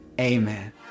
amen